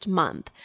month